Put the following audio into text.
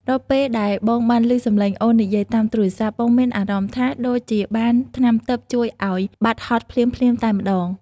រាល់ពេលដែលបងបានឮសម្លេងអូននិយាយតាមទូរស័ព្ទ បងមានអារម្មណ៍ថាដូចជាបានថ្នាំទិព្វជួយឱ្យបាត់ហត់ភ្លាមៗតែម្តង។